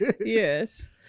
Yes